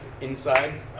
inside